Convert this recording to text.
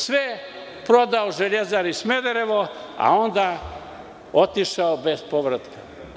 Sve je prodao „Železari Smederevo“, a onda otišao bez povratka.